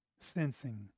sensing